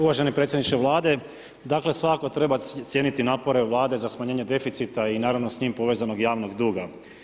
Uvaženi predsjedniče Vlade, dakle svako treba cijeniti napore Vlade za smanjenje deficita i naravno s njim povezanog javnog duga.